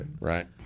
Right